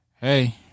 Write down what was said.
hey